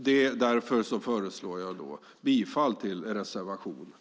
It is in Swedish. Jag yrkar därför bifall till reservation nr 2.